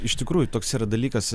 iš tikrųjų toks yra dalykas